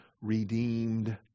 redeemed